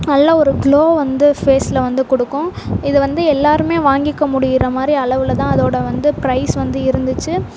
நல்ல ஒரு க்ளோ வந்து ஃபேஸில் வந்து கொடுக்கும் இது வந்து எல்லாருக்குமே வாங்கிக்க முடியிற மாதிரி அளவில் தான் அதோட வந்து பிரைஸ் வந்து இருந்துச்சு